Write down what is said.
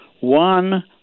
One